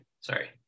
sorry